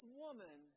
woman